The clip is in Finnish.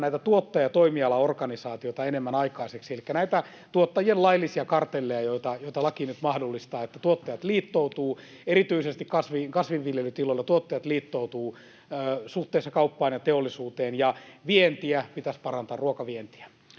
näitä tuottaja- ja toimialaorganisaatioita enemmän aikaiseksi elikkä näitä tuottajien laillisia kartelleja, joita laki nyt mahdollistaa, sitä, että tuottajat liittoutuvat — erityisesti kasvinviljelytiloilla tuottajat liittoutuvat — suhteessa kauppaan ja teollisuuteen. Ja vientiä pitäisi parantaa, ruokavientiä.